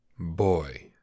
Boy